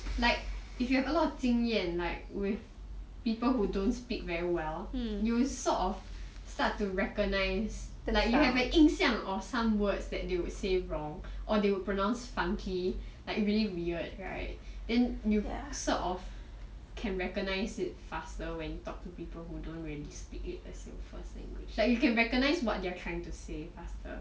like if you have a lot of 经验 like with people who don't speak very well you sort of start to recognise like you have an 印象 of some words that they would say wrong or they would pronounce funky like really weird right then you sort of can recognise it faster when you talk to people who don't really speak it the same as you like you can recognize what they're trying to say faster